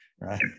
Right